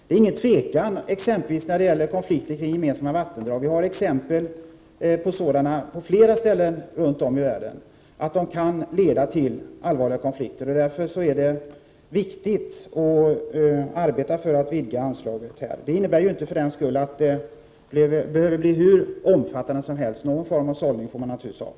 På flera ställen i världen finns exempel på att det kan uppstå allvarliga konflikter kring frågor om just vattendrag. Därför är det viktigt att arbeta för att vidga inriktningen av detta anslag. Det innebär för den skull inte att det behöver bli hur omfattande som helst. Någon form av sållning får naturligtvis ske.